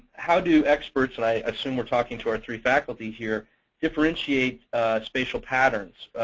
how do experts and i assume we're talking to our three faculty, here differentiate spatial patterns?